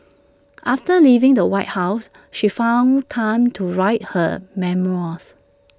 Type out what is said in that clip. after leaving the white house she found time to write her memoirs